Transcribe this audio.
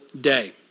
day